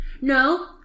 No